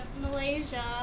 Malaysia